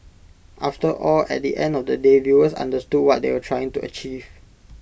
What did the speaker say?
after all at the end of the day viewers understood what they were trying to achieve